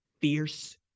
fierce